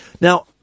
Now